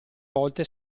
volte